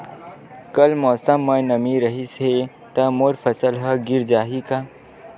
कल मौसम म नमी रहिस हे त मोर फसल ह गिर जाही का?